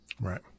Right